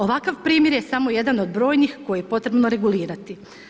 Ovakav primjer je samo jedan od brojnih koji je potrebno regulirati.